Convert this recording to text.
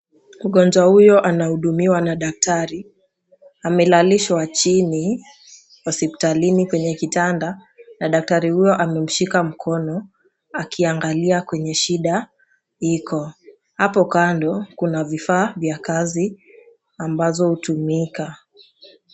Mgonjwa huyo anahudumiwa na daktari amelalishwa chini ya hospitalini kwenye kitanda na daktari huyo amemshika mkono akiangalia kwenye shida iko. Hapo kando kuna vifaa vya kazi ambazo hutumika.